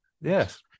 Yes